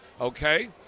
okay